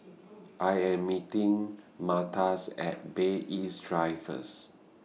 I Am meeting Marta's At Bay East Drive First